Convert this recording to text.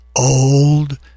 old